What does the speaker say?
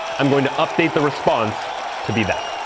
i'm going to update the response to be that.